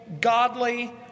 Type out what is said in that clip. godly